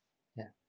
ya